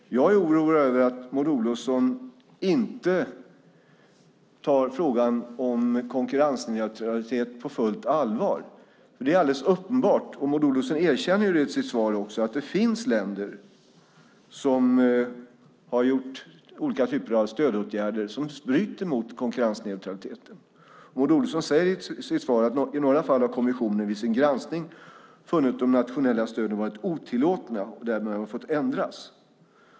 Jag är orolig över att Maud Olofsson alldeles uppenbart inte tar frågan om konkurrensneutralitet på fullt allvar. Hon erkänner i sitt svar att det finns länder som har vidtagit olika typer av stödåtgärder som bryter mot konkurrensneutraliteten. I svaret säger hon att kommissionen vid sin granskning i några fall funnit att de nationella stöden varit otillåtna och därmed fått ändras.